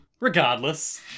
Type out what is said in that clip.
Regardless